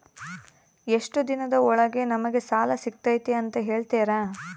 ಎಷ್ಟು ದಿನದ ಒಳಗೆ ನಮಗೆ ಸಾಲ ಸಿಗ್ತೈತೆ ಅಂತ ಹೇಳ್ತೇರಾ?